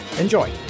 Enjoy